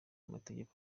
amategeko